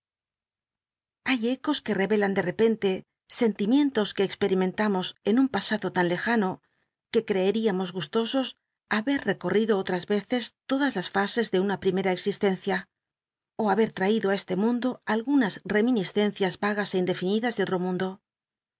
llay ecos que re olan de repente sentimientos que experimentamos en un pasado tan lejano que eeeiamos gustosos haber ecol'l'ido otras eces todas las fases de una primera existencia ó hai ci traído á este mundo algunas reminiscencias yagas é indconidas de otro mundo